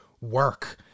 work